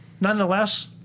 nonetheless